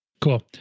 Cool